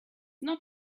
not